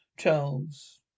Charles